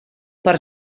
per